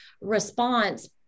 response